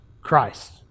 Christ